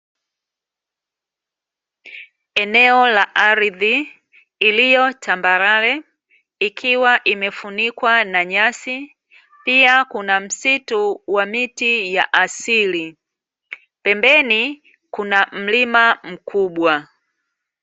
Eneo la ardhi iliyo tambarare, ikiwa imefunikwa na nyasi pia kuna msitu wa miti ya asili, pembeni kuna mlima mkubwa.